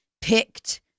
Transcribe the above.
picked